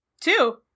Two